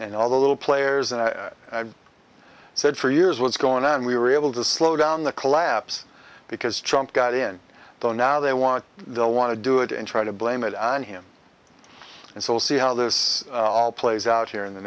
and all the little players and i've said for years what's going on we were able to slow down the collapse because trump got in though now they want they'll want to do it and try to blame it on him and so see how this all plays out here in the